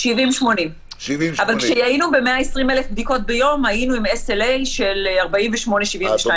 80-70. אבל כשהיינו ב-120,000 בדיקות ביום היינו עם SLA של 72-48 שעות.